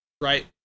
right